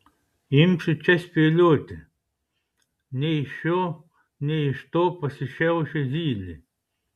imsiu čia spėlioti nei iš šio nei iš to pasišiaušė zylė